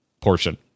portion